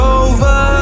over